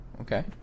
okay